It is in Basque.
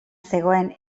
zegoen